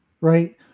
Right